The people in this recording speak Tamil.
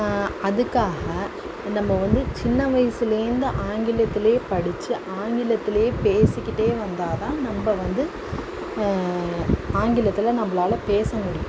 அதுக்காக நம்ம வந்து சின்ன வயசிலேந்து ஆங்கிலத்திலையே படிச்சு ஆங்கிலத்திலையே பேசிக்கிட்டே வந்தால்தான் நம்ம வந்து ஆங்கிலத்தில் நம்மளால பேச முடியும்